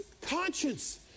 conscience